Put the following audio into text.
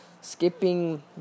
skipping